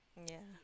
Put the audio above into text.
yeah